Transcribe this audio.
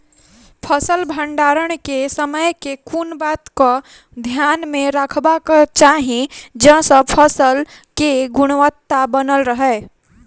फसल भण्डारण केँ समय केँ कुन बात कऽ ध्यान मे रखबाक चाहि जयसँ फसल केँ गुणवता बनल रहै?